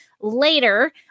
later